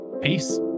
Peace